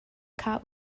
kha